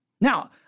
Now